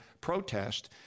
protest